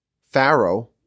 Pharaoh